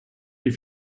die